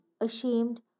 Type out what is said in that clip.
ashamed